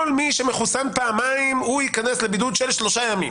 כל מי שמחוסן פעמיים, ייכנס לבידוד של שלושה מים.